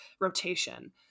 rotation